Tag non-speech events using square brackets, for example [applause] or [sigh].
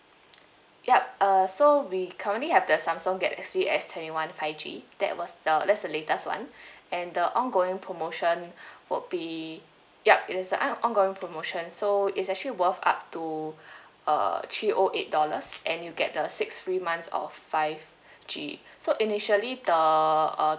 [noise] ya uh so we currently have the samsung galaxy S twenty one five G that was the that's the latest one [breath] and the ongoing promotion [breath] would be ya it is a ongoing promotion so it's actually worth up to [breath] uh three O eight dollars and you get the six free months of five [breath] G [breath] so initially the uh